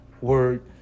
word